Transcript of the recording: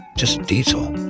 just diesel.